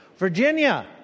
Virginia